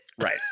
Right